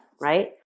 right